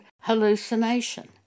hallucination